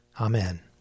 Amen